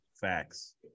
Facts